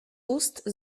ust